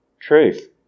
truth